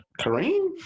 Kareem